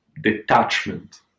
detachment